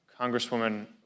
Congresswoman